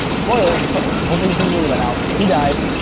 spoiler is he pr hopefully you've seen the movie by now he dies